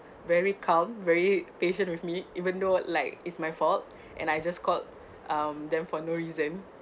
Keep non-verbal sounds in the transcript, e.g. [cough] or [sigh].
very calm very patient with me even though like it's my fault [breath] and I just called um them for no reason